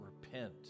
repent